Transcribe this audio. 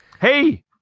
Hey